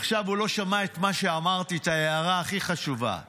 עכשיו הוא לא שמע את ההערה הכי חשובה שאמרתי.